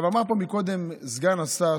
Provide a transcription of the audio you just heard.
אמר פה קודם סגן השר,